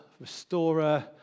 restorer